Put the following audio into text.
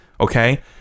okay